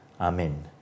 Amen